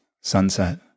sunset